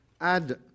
add